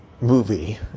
movie